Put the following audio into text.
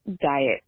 diet